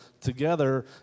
together